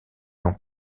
non